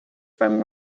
from